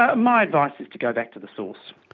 ah my advice is to go back to the source,